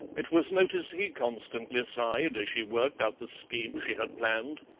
it was noticed he constantly sighed as she worked out the scheme she had planned,